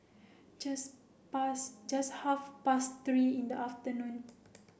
just past just half past three in the afternoon